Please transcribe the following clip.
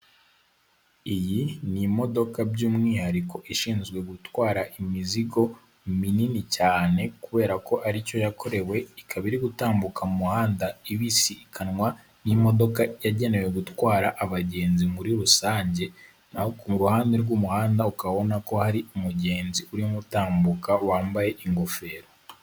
Iyi ni imodoka by'umwihariko ishinzwe gutwara imizigo minini cyane kubera ko ari cyo yakorewe, ikaba iri gutambuka mu muhanda ibisiganwa n'imodoka yagenewe gutwara abagenzi muri rusange, naho ku ruhande rw'umuhanda ukaba ubona ko hari umugenzi urimo utambuka, wambaye ingofero.